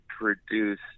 produced